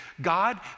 God